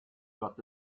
doit